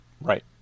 Right